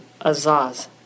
azaz